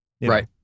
Right